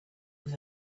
was